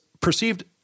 perceived